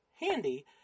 handy